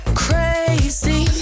crazy